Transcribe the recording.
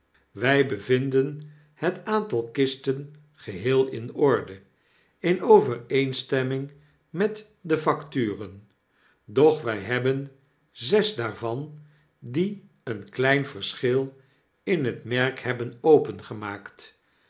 wij bevinden het aantal kisten geheel in orde in overeenstemming met de facturen doch wy hebben zes daarvan die een klein verschil in het merk hebben opengemaakt